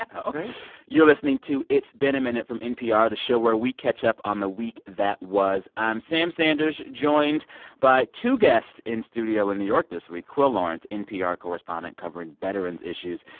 i know you're listening to it's been a minute from npr, the show where we catch up on the week that was. i'm sam sanders, joined by two guests in studio in new york this week quil lawrence, npr correspondent covering veterans' issues,